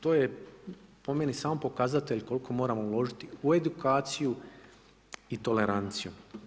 To je po meni samo pokazatelj koliko moramo uložiti u edukaciju i toleranciju.